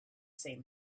same